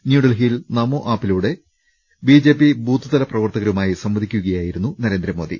ന്യൂഡൽഹിയിൽ നമോ ആപിലൂടെ B J P ബൂത്ത്തല പ്രവർത്തകരുമായി സംവദിക്കുക യായിരുന്നു നരേന്ദ്രമോദി